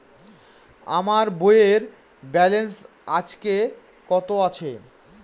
আমার বইয়ের ব্যালেন্স আজকে কত আছে?